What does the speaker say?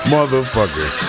Motherfucker